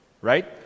right